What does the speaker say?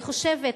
אני חושבת,